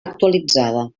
actualitzada